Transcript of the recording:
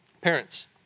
Parents